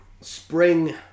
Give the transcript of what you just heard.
spring